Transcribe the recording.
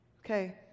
Okay